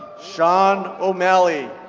shawn o'malley.